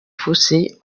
fossés